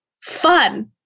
fun